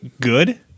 good